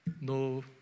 No